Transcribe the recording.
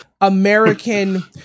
American